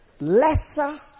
lesser